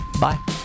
bye